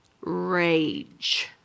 Rage